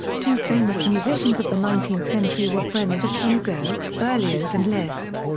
two famous musicians of the nineteenth century were friends of hugo berlioz and liszt.